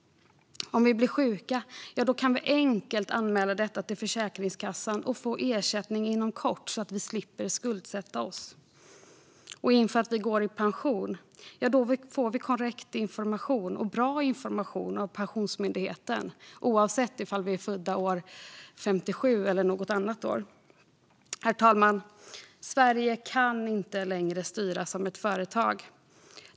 Om vi blir sjuka - då ska vi enkelt kunna anmäla detta till Försäkringskassan och få ersättning inom kort så att vi slipper skuldsätta oss. Och inför att vi går i pension - då ska vi få korrekt och bra information av Pensionsmyndigheten, oavsett om vi är födda 1957 eller något annat år. Herr talman! Sverige kan inte längre styras som ett företag.